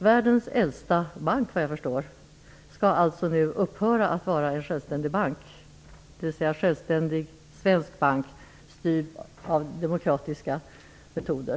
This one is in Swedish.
Världens äldsta bank skall alltså nu upphöra att vara en självständig svensk bank styrd av demokratiska metoder.